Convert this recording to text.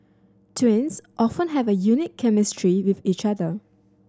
twins often have a unique chemistry with each other